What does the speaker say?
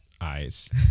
eyes